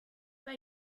pas